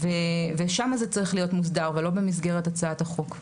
ושם זה צריך להיות מוסדר ולא במסגרת הצעת החוק.